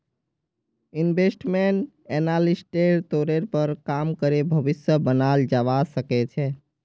investment एनालिस्टेर तौरेर पर काम करे भविष्य बनाल जावा सके छे